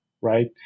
right